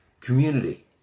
Community